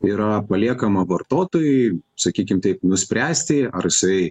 tai yra paliekama vartotojui sakykim taip nuspręsti ar jisai